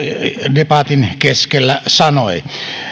debatin keskellä sanoi